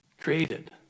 created